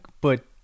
but-